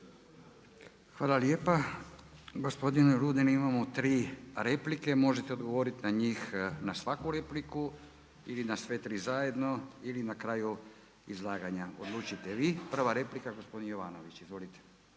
Hvala lijepa, gospodine Rudan. Imamo tri replike, možete odgovoriti na njih, na svaku repliku ili na sve tri zajedno ili na kraju izlaganja, odlučite vi. Prva replika gospodin Jovanović. Izvolite.